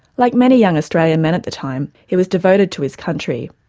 like many young australian men at the time, he was devoted to his country,